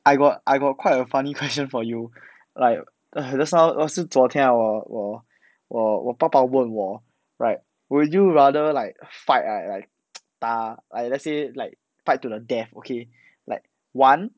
I got I got quite a funny question for you like just now 是昨天啦我我我爸爸问我 right will you rather like fight right like 打 like let's say like fight to the death okay like one